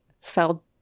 felt